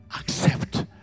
accept